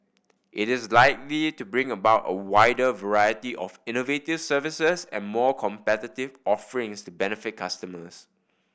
it is likely to bring about a wider variety of innovative services and more competitive offerings to benefit consumers